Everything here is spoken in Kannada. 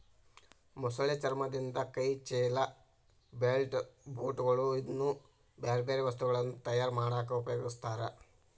ಮೊಸಳೆ ಚರ್ಮದಿಂದ ಕೈ ಚೇಲ, ಬೆಲ್ಟ್, ಬೂಟ್ ಗಳು, ಇನ್ನೂ ಬ್ಯಾರ್ಬ್ಯಾರೇ ವಸ್ತುಗಳನ್ನ ತಯಾರ್ ಮಾಡಾಕ ಉಪಯೊಗಸ್ತಾರ